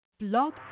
Blog